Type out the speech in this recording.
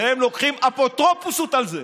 והם לוקחים אפוטרופסות על זה.